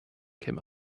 came